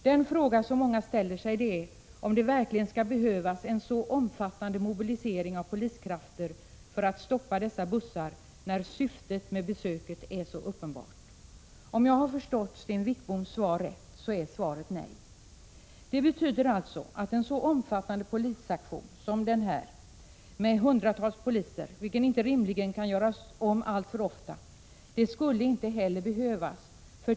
Den fråga som många ställer sig är om det verkligen skall behövas en så omfattande mobilisering av poliskrafter för att stoppa bussar, när syftet med besöket är så uppenbart. Om jag har förstått Sten Wickbom rätt, så är svaret nej. Det betyder alltså att en så omfattande polisaktion som den här, med hundratals poliser, vilken inte rimligen kan göras om alltför ofta, inte skulle behövas.